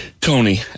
Tony